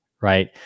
right